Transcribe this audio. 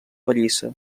pallissa